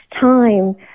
time